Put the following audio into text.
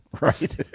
Right